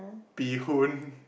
bee hoon